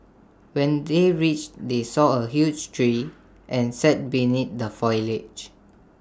when they reached they saw A huge tree and sat beneath the foliage